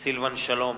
סילבן שלום,